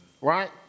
Right